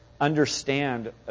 Understand